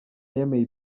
yemeye